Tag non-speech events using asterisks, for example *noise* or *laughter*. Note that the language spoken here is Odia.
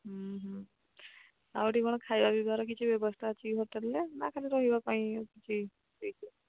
ଆଉ ଏଠି କ'ଣ ଖାଇବା ପିଇବାର କିଛି ବ୍ୟବସ୍ଥା ଅଛି ହୋଟେଲରେ ନା ଖାଲି ରହିବା ପାଇଁ କିଛି *unintelligible*